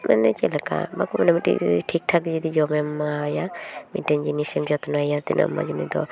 ᱢᱟᱱᱮ ᱪᱮᱫ ᱞᱮᱠᱟ ᱩᱱᱤ ᱢᱤᱫᱴᱮᱱ ᱴᱷᱤᱠᱴᱷᱟᱠ ᱡᱚᱫᱤ ᱡᱚᱢᱮᱢ ᱮᱢᱟᱣᱟᱭᱟ ᱢᱤᱫᱴᱮᱱ ᱡᱤᱱᱤᱥᱮᱢ ᱡᱚᱛᱱᱚᱭᱭᱟ ᱛᱤᱱᱟᱹᱜ ᱢᱚᱡᱽ ᱩᱱᱤᱫᱚ